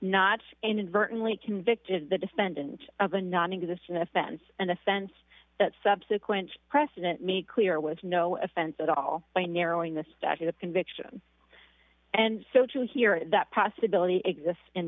not inadvertently convicted the defendant of a nonexistent offense and offense that subsequent precedent made clear with no offense at all by narrowing the statute of conviction and so to hear that possibility exists in